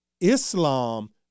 Islam